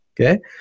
okay